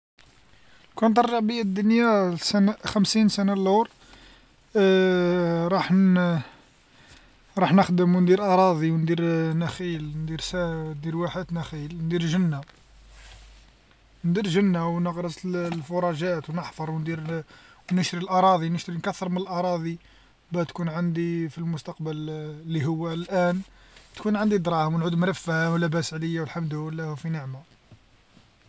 لوكان ترجع بيا الدنيا لخ- لخمسين سنة اللور، راح ن- راح نخدم وندير أراضي وندير نخيل ندير س- ندير واحات نخيل ندير جنة، ندير جنة ونغرس الفرجات ونحفر وندير ال- ونشري الأراضي نشري نكثر من الأراضي باه تكون عندي في المستقبل اللي هو الآن تكون عندي دراهم ونعود مرفه ولباس عليا والحمد لله وفي نعمة.